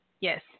Yes